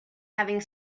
having